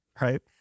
right